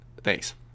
Thanks